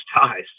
ties